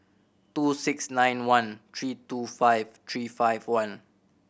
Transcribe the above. two six nine one three two five three five one